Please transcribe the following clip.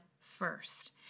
first